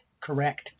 correct